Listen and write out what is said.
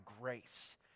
grace